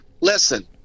Listen